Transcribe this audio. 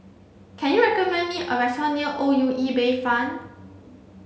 can you recommend me a restaurant near O U E Bayfront